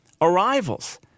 arrivals